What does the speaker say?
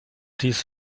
dies